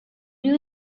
you